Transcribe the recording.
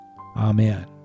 Amen